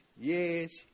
Yes